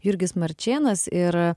jurgis marčėnas ir